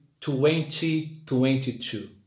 2022